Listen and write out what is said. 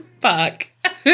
Fuck